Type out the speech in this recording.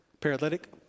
Paralytic